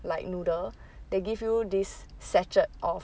like noodle they give you this satchel of